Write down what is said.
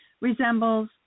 resembles